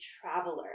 traveler